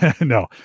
No